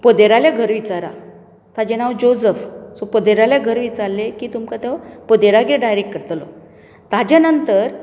पोदेरालें घर विचारा ताजें नांव जोझफ सो पोदेरालें घर विचारलें की तुमकां तो पोदेरागेर डायरॅक्ट करतलो ताज्या नंतर